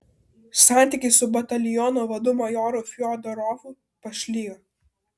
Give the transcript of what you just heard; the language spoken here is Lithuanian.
santykiai su bataliono vadu majoru fiodorovu pašlijo